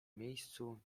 miejscu